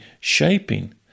shaping